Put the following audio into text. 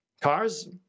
cars